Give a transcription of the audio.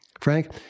Frank